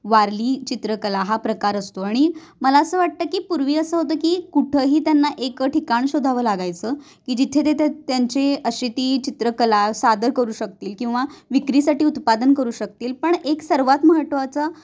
वारली चित्रकला हा प्रकार असतो आणि मला असं वाटतं की पूर्वी असं होतं की कुठंही त्यांना एक ठिकाण शोधावं लागायचं की जिथे ते त्या त्यांचे असे ती चित्रकला सादर करू शकतील किंवा विक्रीसाठी उत्पादन करू शकतील पण एक सर्वात महत्त्वाचा